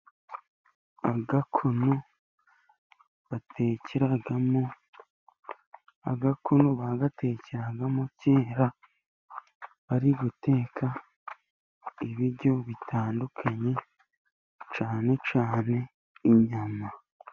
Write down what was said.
Agakono batekeramo, agakono bagatekeragamo kera bari guteka ibiryo bitandukanye, cyane cyane inyama.